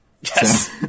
Yes